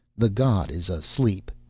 the god is asleep,